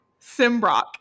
Simbrock